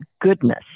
goodness